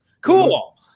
Cool